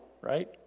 right